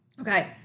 Okay